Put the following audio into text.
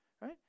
right